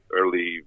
early